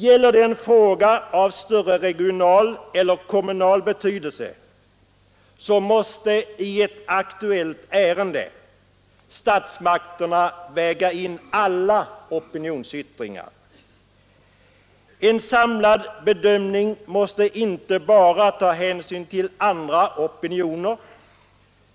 Gäller det en fråga av större regional eller kommunal betydelse så måste i ett aktuellt ärende statsmakterna väga in alla opinionsyttringar. En samlad bedömning måste inte bara ta hänsyn till andra opinioner.